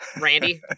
Randy